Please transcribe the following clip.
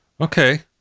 okay